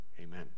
Amen